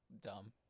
dumb